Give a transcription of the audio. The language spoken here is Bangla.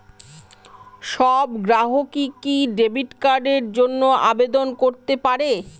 সব গ্রাহকই কি ডেবিট কার্ডের জন্য আবেদন করতে পারে?